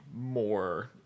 more